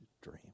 dream